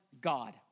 God